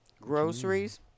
Groceries